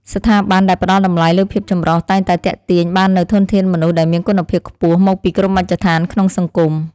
ស្ថាប័នដែលផ្តល់តម្លៃលើភាពចម្រុះតែងតែទាក់ទាញបាននូវធនធានមនុស្សដែលមានគុណភាពខ្ពស់មកពីគ្រប់មជ្ឈដ្ឋានក្នុងសង្គម។